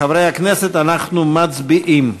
חברי הכנסת, אנחנו מצביעים.